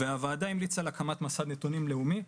הוועדה המליצה על הקמת מסד נתונים לאומי,